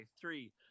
three